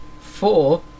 Four